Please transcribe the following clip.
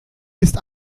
ist